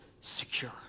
secure